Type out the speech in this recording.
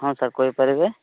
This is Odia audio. ହଁ ସାର୍ କହି ପାରିବେ